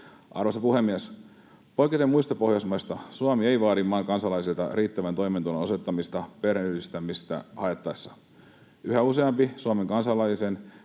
Arvoisa puhemies! Poiketen muista Pohjoismaista Suomi ei vaadi maan kansalaisilta riittävän toimeentulon osoittamista perheenyhdistämistä haettaessa. Yhä useamman Suomen kansalaisen